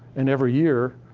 and every year,